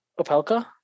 Opelka